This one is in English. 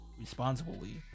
responsibly